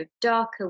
darker